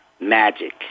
magic